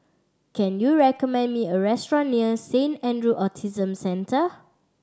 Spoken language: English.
can you recommend me a restaurant near Saint Andrew Autism Centre